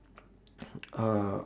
uh